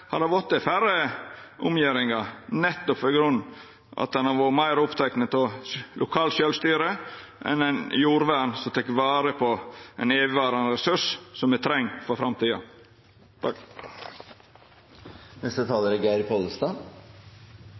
har det vorte færre omgjeringar, nettopp fordi ein i grunnen har vore meir oppteken av lokalt sjølvstyre enn av eit jordvern der ein tek vare på ein evigvarande ressurs, som me treng i framtida. Det som eg meiner særpregar denne debatten, og som bekymrar meg, er